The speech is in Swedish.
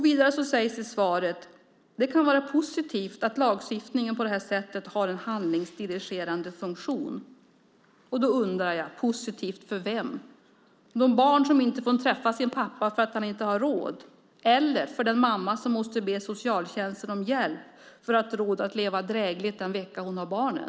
Vidare sägs i svaret att det kan vara positivt att lagstiftningen på detta sätt har en handlingsdirigerande funktion. Positivt för vem, undrar jag. Är det för de barn som inte får träffa sin pappa för att han inte har råd eller för den mamma som måste be socialtjänsten om hjälp för att ha råd att leva drägligt den vecka hon har barnen?